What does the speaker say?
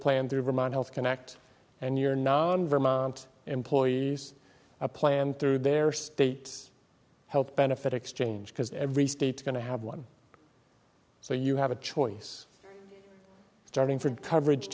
plan through vermont health connect and your non vermont employees plan through their state health benefit exchange because every state going to have one so you have a choice starting from coverage